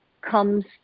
comes